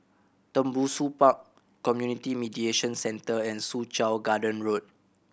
Tembusu Park Community Mediation Centre and Soo Chow Garden Road